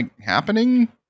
happening